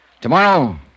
Tomorrow